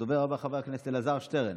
הדובר הבא, אלעזר שטרן,